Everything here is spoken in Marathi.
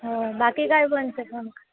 हो बाकी काय म्हणते पण